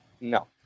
No